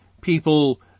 people